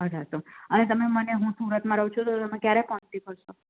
અઢારસો અને તમે મને હું સુરતમાં રહું છું તો તમે ક્યારે પહોંચતી કરશો